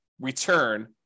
return